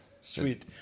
Sweet